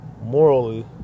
morally